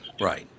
Right